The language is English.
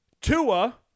Tua